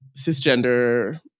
cisgender